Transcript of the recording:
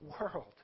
world